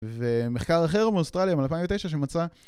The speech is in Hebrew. ומחקר אחר מאוסטרליה ב2009 שמצא